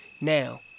Now